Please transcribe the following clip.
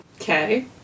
Okay